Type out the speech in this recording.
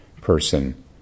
person